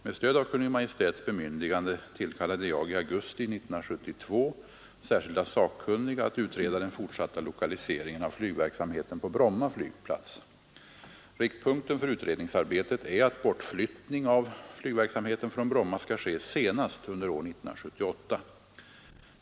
Med stöd av Kungl. Maj:ts bemyndigande tillkallade jag i augusti 1972 särskilda sakkunniga att utreda den fortsatta lokaliseringen av flygverksamheten på Bromma flygplats. Riktpunkten för utredningsarbetet är att bortflyttning av flygverksamheten från Bromma skall ske senast under år 1978.